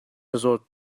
zawt